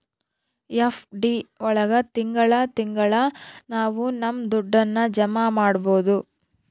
FD ಒಳಗ ತಿಂಗಳ ತಿಂಗಳಾ ನಾವು ನಮ್ ದುಡ್ಡನ್ನ ಜಮ ಮಾಡ್ಬೋದು